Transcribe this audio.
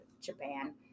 Japan